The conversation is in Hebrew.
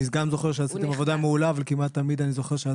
אני גם זוכר שעשיתם עבודה מעולה אבל כמעט אני זוכר שהיה